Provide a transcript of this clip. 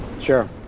Sure